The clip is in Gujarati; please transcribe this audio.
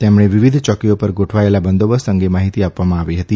તેમને વિવિધ ચોકીઓ પર ગોઠવાથેલા બંદોબસ્ત અંગે માહિતી આપવામાં આવી હતી